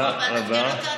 בשבוע הבא תעדכן אותנו?